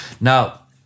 Now